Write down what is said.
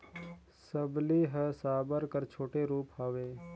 सबली हर साबर कर छोटे रूप हवे